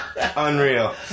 Unreal